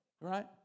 Right